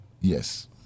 Yes